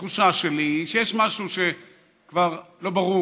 התחושה שלי היא שיש משהו שכבר לא ברור